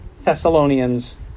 Thessalonians